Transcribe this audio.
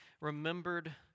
remembered